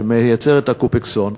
שמייצרת את ה"קופקסון",